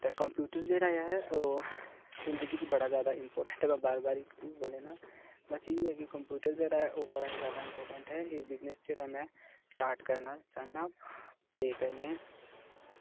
ते कंप्यूटर जेह्ड़ा ऐ ओह् जिंदगी च बड़ा ज्यादा इम्पोर्टेंट में बार बार इक चीज बोलै ना बस इ'यै कि कंप्यूटर जेह्ड़ा ऐ ओह् बड़ा ई ज्यादा इंपोर्टेंट ऐ एह् बिजनेस जेह्ड़ा ऐ में स्टार्ट करना चाहन्नां ते कन्नै